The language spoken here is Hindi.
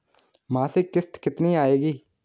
मासिक किश्त कितनी आएगी?